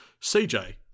CJ